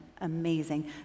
amazing